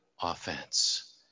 offense